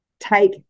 take